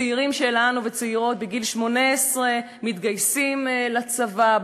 צעירים וצעירות שלנו מתגייסים בגיל 18 לצבא.